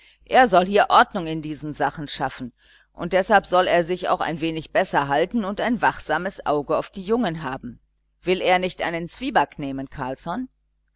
er soll hier ordnung in diesen sachen schaffen und deshalb soll er sich auch ein wenig besser halten und ein wachsames auge auf die jungen haben will er nicht einen zwieback nehmen carlsson